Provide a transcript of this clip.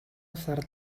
усаар